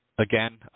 Again